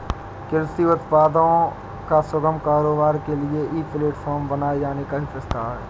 कृषि उत्पादों का सुगम कारोबार के लिए एक ई प्लेटफॉर्म बनाए जाने का भी प्रस्ताव है